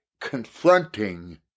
confronting